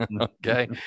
Okay